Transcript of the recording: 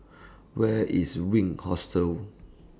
Where IS Wink Hostel